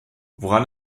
woran